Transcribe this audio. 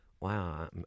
wow